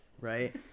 right